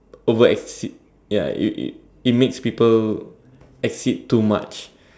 over exceed ya it it it it makes people exceed too much